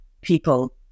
people